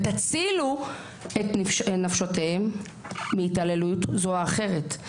תצילו את נפשותיהם מהתעללות כזו או אחרת.